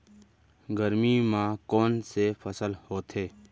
गरमी मा कोन से फसल होथे?